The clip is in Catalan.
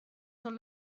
són